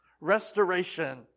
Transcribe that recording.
Restoration